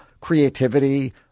creativity